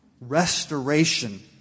restoration